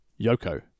Yoko